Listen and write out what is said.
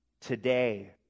today